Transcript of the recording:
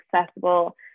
accessible